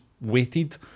waited